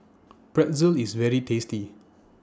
Pretzel IS very tasty